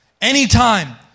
Anytime